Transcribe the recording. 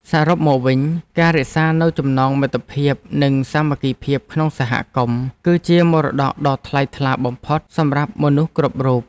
សរុបមកវិញ ការរក្សានូវចំណងមិត្តភាព និងសាមគ្គីភាពក្នុងសហគមន៍ គឺជាមរតកដ៏ថ្លៃថ្លាបំផុតសម្រាប់មនុស្សគ្រប់រូប។